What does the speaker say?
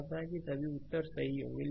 आशा है कि सभी उत्तर सही होंगे